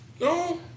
No